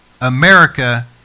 America